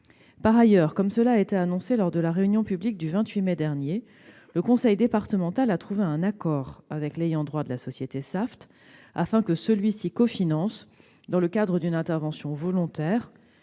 Par ailleurs, comme il a été annoncé lors de la réunion publique du 28 mai dernier, le conseil départemental a trouvé un accord avec l'ayant droit de la société Saft, afin que celui-ci cofinance, dans le cadre d'une intervention volontaire,